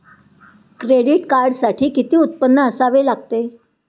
Credit कार्डसाठी किती उत्पन्न असावे लागते?